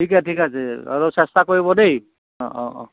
ঠিক আছে ঠিক আছে অলপ চেষ্টা কৰিব দেই অঁ অঁ অঁ